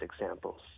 examples